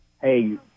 Hey